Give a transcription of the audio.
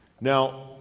Now